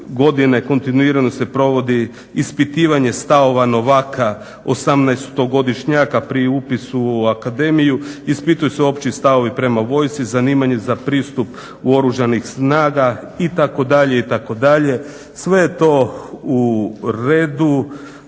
godine kontinuirano se provodi ispitivanje stavova novaka osamnaestogodišnjaka pri upisu u akademiju. Ispituju se opći stavovi prema vojsci, zanimanje za pristup u Oružane snage itd. sve je to u red.